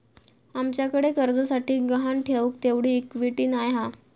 आमच्याकडे कर्जासाठी गहाण ठेऊक तेवढी इक्विटी नाय हा